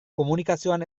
komunikazioan